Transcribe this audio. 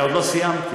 אני עוד לא סיימתי.